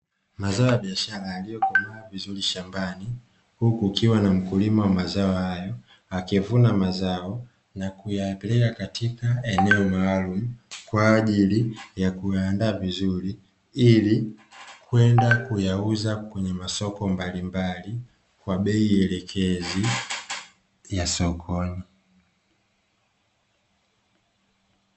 Mazao ya biashara yaliyokomaa vizuri shambani, huku kukiwa na mkulima wa mazao hayo, akivuna mazao na kuyapeleka katika eneo maalumu, kwa ajili ya kuandaa vizuri ili kwenda kuyauza kwenye masoko mbalimbali, kwa bei elekezi ya sokoni.